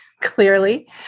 clearly